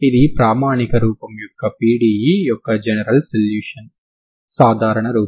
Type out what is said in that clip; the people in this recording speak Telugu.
ఇది ప్రామాణిక రూపం యొక్క PDE యొక్క జనరల్ సొల్యూషన్ సాధారణ రూపం